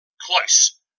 close